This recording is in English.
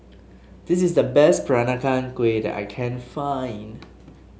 this is the best Peranakan Kueh that I can find